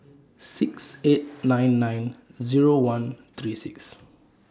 six eight nine nine Zero one three six